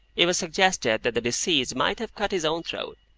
it was suggested that the deceased might have cut his own throat.